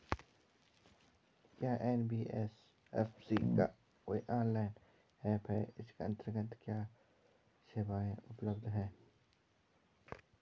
क्या एन.बी.एफ.सी का कोई ऑनलाइन ऐप भी है इसके अन्तर्गत क्या क्या सेवाएँ उपलब्ध हैं?